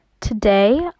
Today